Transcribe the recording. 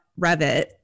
Revit